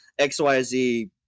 XYZ